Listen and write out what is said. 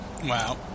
Wow